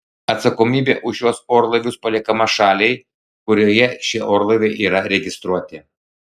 atsakomybė už šiuos orlaivius paliekama šaliai kurioje šie orlaiviai yra registruoti